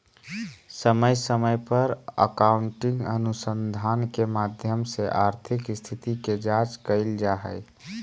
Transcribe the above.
समय समय पर अकाउन्टिंग अनुसंधान के माध्यम से आर्थिक स्थिति के जांच कईल जा हइ